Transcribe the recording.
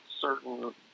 certain